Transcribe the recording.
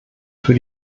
für